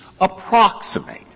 approximate